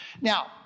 Now